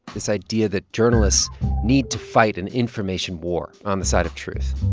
this idea that journalists need to fight an information war on the side of truth.